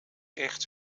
echt